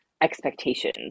expectations